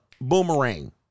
boomerang